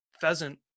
pheasant